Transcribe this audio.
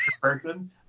person